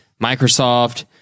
Microsoft